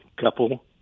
couple